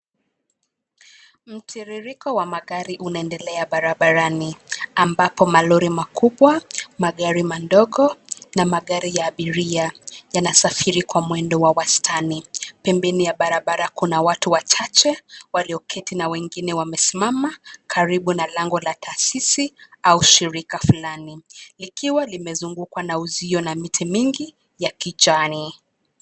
Mtiriko wa magari unaendelea barabarani ambapo malori makubwa, magari madogo na magari ya abiria yanasafiri kwa mwendo wa wastani. Pembeni ya barabara kuna watu wachache walioketi na wengine wamesimama karibu na lango la taasisi au shirika fulani likiwa limezungukwa na uzio na miti mingi ya kijani.